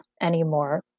anymore